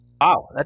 Wow